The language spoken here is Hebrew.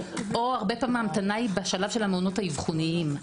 הרבה פעמים ההמתנה היא בשלב המעונות האבחוניים,